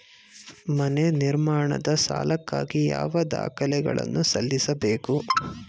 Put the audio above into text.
ಮನೆ ನಿರ್ಮಾಣದ ಸಾಲಕ್ಕಾಗಿ ಯಾವ ದಾಖಲೆಗಳನ್ನು ಸಲ್ಲಿಸಬೇಕು?